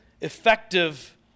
effective